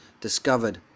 discovered